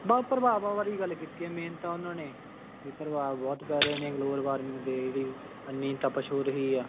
ਵਾ ਪ੍ਰਭਾਵਾਂ ਬਾਰੇ ਹੀ ਗੱਲ ਕੀਤੀ ਆ ਮੇਨ ਤਾਂ ਉਹਨਾਂ ਨੇ ਵੀ ਪ੍ਰਭਾਵ ਬਹੁਤ ਪੈ ਰਹੇ ਨੇ ਗਲੋਬਵ ਵਾਰਮਿੰਗ ਦੇ ਜਿਹੜੀ ਇੰਨੀ ਤਪਸ਼ ਹੋ ਰਹੀ ਆ